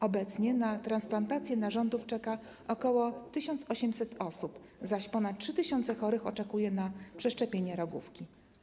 Obecnie na transplantację narządów czeka ok. 1800 osób, zaś ponad 3 tys. chorych oczekuje na przeszczepienie rogówki.